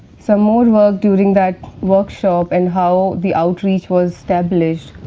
some more work during that workshop, and how the outreach was established,